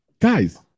Guys